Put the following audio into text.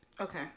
Okay